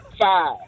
five